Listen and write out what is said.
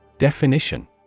Definition